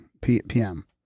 PM